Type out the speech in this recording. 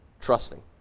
trusting